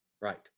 Right